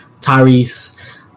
Tyrese